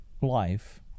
life